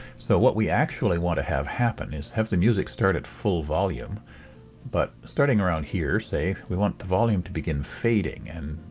so what we actually want to have happen is have the music start at full volume but starting around here, say, we want the volume to begin fading and,